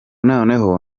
noneho